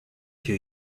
two